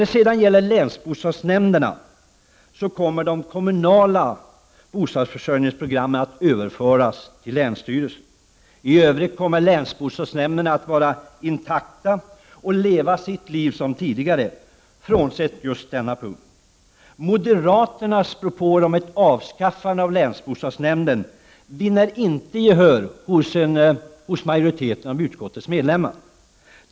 Beträffande länsbostadsnämnderna kommer de kommunala bostadsförsörjningsprogrammen att överföras till länsstyrelsen. I övrigt kommer länsbostadsnämnderna att vara intakta och leva sitt liv som tidigare, frånsett just denna punkt. Moderaternas propåer om ett avskaffande av länsbostadsnämnderna vinner inte gehör hos majoriteten av utskottets medlemmar.